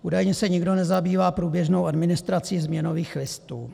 Údajně se nikdo nezabývá průběžnou administrací změnových listů.